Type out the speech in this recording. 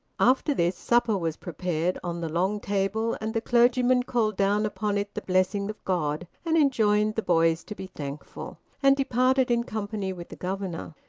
after this, supper was prepared on the long table, and the clergyman called down upon it the blessing of god, and enjoined the boys to be thankful, and departed in company with the governor.